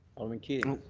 alderman keating.